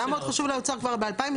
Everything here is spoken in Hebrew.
זה היה מאוד חשוב לאוצר כבר ב-2021.